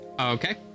Okay